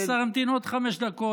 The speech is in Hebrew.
אז השר ימתין עוד חמש דקות.